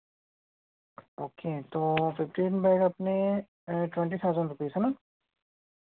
okay तो fifteen bag अपने twenty thousand rupees है ना